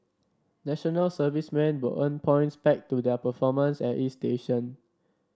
National Servicemen will earn points pegged to their performance at each station